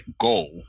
goal